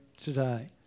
today